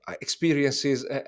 experiences